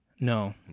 No